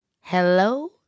Hello